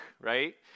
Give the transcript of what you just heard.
right